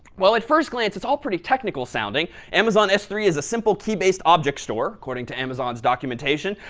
well at first glance, it's all pretty technical sounding. amazon s three is a simple key-based object store, according to amazon's documentation.